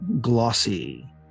glossy